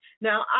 Now